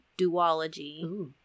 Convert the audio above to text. duology